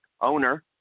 owner